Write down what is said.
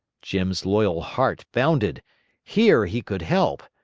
jim's loyal heart bounded here he could help.